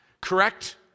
Correct